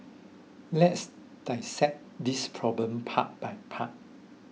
let's dissect this problem part by part